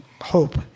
hope